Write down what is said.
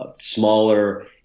smaller